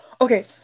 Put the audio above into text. okay